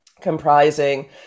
comprising